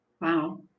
Wow